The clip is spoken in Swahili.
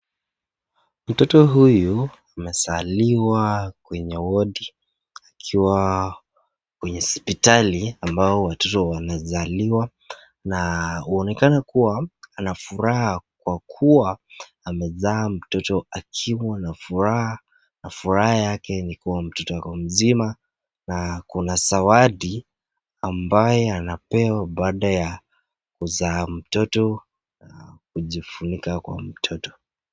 Mtoto huyu amezaliwa kwenye wodi akiwa kwenye hospitali ambao watoto wanazaliwa. Na, unaonekana kuwa anafuraha kwa kuwa amezaa mtoto akiwa na furaha. Na furaha yake ni kuwa mtoto ako mzima, na kuna zawadi ambayo anapewa baada ya kuzaa mtoto na kujifunika kwa mtoto.